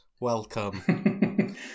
welcome